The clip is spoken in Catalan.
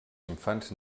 infants